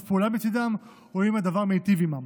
פעולה מצידם או אם הדבר מיטיב עימם.